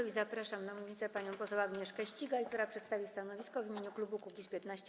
I zapraszam na mównicę panią poseł Agnieszkę Ścigaj, która przedstawi stanowisko w imieniu klubu Kukiz’15.